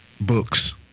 books